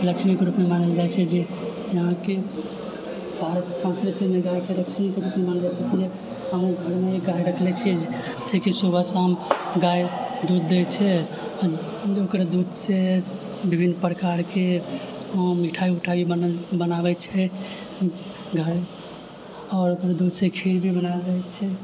लक्ष्मीके रूपमे मानल जाइ छै जे यहाँके भारतके संस्कृतिमे गायके लक्ष्मीके रूपमे मानल जाइ छै इसीलिए हमहुँ घरमे एक गाय रखने छियै जेकि सुबह शाम गाय दूध दै छै ओकरे दूधसँ विभिन्न प्रकारके मिठाई उठाई बनल बनाबै छै घर आओर ओकर दूधसँ खीर भी बनाओल जाइ छै